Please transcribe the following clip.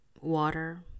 water